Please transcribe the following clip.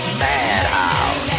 madhouse